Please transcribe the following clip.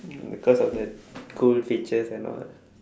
because of the cool features and all